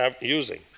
using